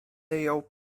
jął